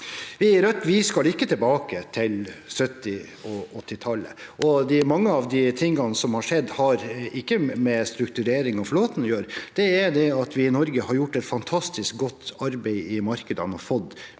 skal ikke tilbake til 1970- og 1980-tallet. Mange av de tingene som har skjedd, har ikke med strukturering av flåten å gjøre, det handler om at vi i Norge har gjort et fantastisk godt arbeid i markedene og fått